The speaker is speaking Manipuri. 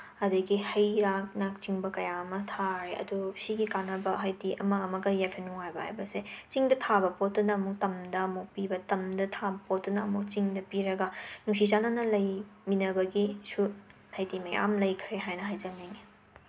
ꯑꯗꯒꯤ ꯍꯩ ꯔꯥꯅ ꯆꯤꯡꯕ ꯀꯌꯥ ꯑꯃ ꯊꯥꯔꯦ ꯑꯗꯨ ꯁꯤꯒꯤ ꯀꯥꯟꯅꯕ ꯍꯥꯏꯗꯤ ꯑꯃ ꯑꯃꯒ ꯌꯥꯏꯐ ꯅꯨꯡꯉꯥꯏꯕ ꯍꯥꯏꯕꯁꯦ ꯆꯤꯡꯗ ꯊꯥꯕ ꯄꯣꯠꯇꯨꯅ ꯑꯃꯨꯛ ꯇꯝꯗ ꯑꯃꯨꯛ ꯄꯤꯕ ꯇꯝꯗ ꯊꯥꯕ ꯄꯣꯠꯇꯨꯅ ꯑꯃꯨꯛ ꯆꯤꯡꯗ ꯄꯤꯔꯒ ꯅꯨꯡꯁꯤ ꯆꯥꯟꯅꯅ ꯂꯩꯃꯤꯟꯅꯕꯒꯤꯁꯨ ꯍꯥꯏꯗꯤ ꯃꯌꯥꯝ ꯂꯩꯈ꯭ꯔꯦ ꯍꯥꯏꯅ ꯍꯥꯏꯖꯅꯤꯡꯉꯤ